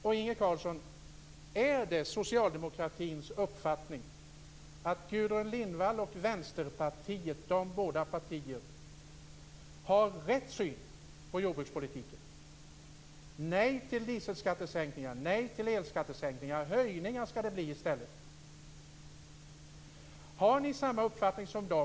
Är det, Inge Carlsson, socialdemokratins uppfattning att Gudrun Lindvalls miljöparti och Vänsterpartiet, båda dessa partier, har rätt syn på jordbrukspolitiken? De säger nej till dieselskattesänkningar och nej till elskattesänkningar. I stället skall det bli höjningar. Har ni samma uppfattning som de?